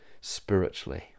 spiritually